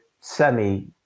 semi